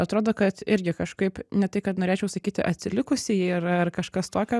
atrodo kad irgi kažkaip ne tai kad norėčiau sakyti atsilikusi ji yra ar kažkas tokio